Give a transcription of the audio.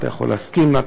אתה יכול להסכים לה,